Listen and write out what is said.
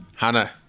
Hannah